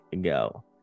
go